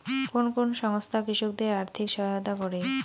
কোন কোন সংস্থা কৃষকদের আর্থিক সহায়তা করে?